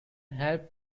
help